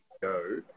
go